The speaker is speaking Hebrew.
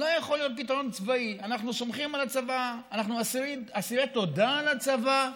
אנחנו סומכים על הצבא, אנחנו אסירי תודה על הצבא,